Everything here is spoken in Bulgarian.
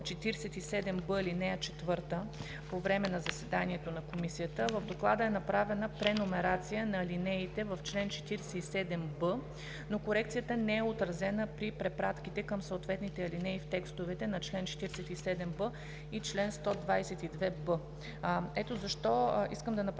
47б, ал. 4 по време на заседанието на Комисията в Доклада е направена преномерация на алинеите в чл. 47б, но корекцията не е отразена при препратките към съответните алинеи в текстовете на чл. 47б и чл. 122б.